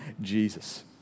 Jesus